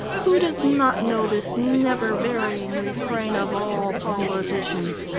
who does not know this never-varying refrain of all politicians?